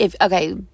okay